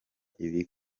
ibi